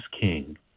king